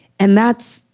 and that's,